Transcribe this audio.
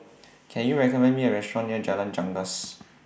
Can YOU recommend Me A Restaurant near Jalan Janggus